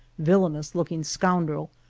villainous-looking scoundrel,